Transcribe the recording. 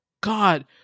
God